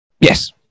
Yes